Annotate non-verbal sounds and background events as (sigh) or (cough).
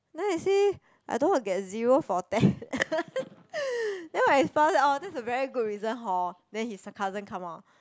then you see I don't want get zero for test (breath) (coughs) then when I found out that's a very good result hor then his the sarcasm come out